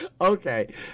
Okay